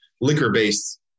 liquor-based